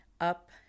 up